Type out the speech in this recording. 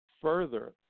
further